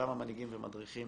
כמה מנהיגים ומדריכים